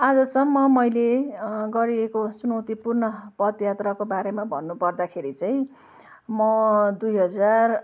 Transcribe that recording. आजसम्म मैले गरेको चुनौतिपूर्ण पदयात्राको बारेमा भन्नुपर्दाखेरि चाहिँ म दुई हजार